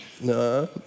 No